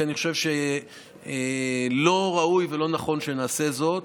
כי אני חושב שלא ראוי ולא נכון שנעשה זאת,